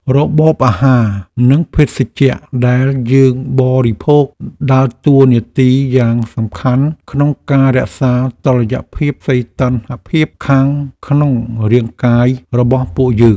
របបអាហារនិងភេសជ្ជៈដែលយើងបរិភោគដើរតួនាទីយ៉ាងសំខាន់ក្នុងការរក្សាតុល្យភាពសីតុណ្ហភាពខាងក្នុងរាងកាយរបស់ពួកយើង។